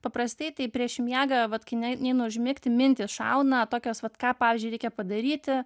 paprastai tai prieš miegą vat kai ne neina užmigti mintys šauna tokios vat ką pavyzdžiui reikia padaryti